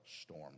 storm